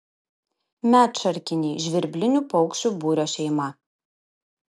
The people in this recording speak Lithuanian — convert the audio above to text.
medšarkiniai žvirblinių paukščių būrio šeima